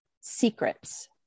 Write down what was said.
secrets